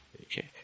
Okay